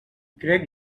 crec